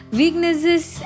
weaknesses